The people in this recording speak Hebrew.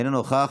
אינה נוכחת,